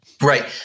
Right